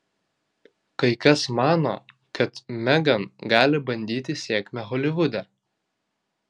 kai kas mano kad megan gali bandyti sėkmę holivude